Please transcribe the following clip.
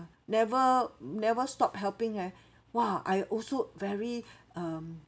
never never stop helping eh !wah! I also very um